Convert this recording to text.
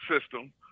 system